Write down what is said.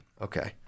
Okay